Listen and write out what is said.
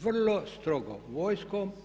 Vrlo strogo vojskom.